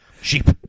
Sheep